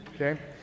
Okay